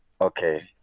Okay